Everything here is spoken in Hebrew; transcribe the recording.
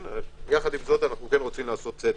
יחד עם זאת, אנחנו רוצים עשות סדר.